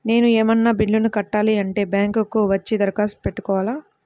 నేను ఏమన్నా బిల్లును కట్టాలి అంటే బ్యాంకు కు వచ్చి దరఖాస్తు పెట్టుకోవాలా?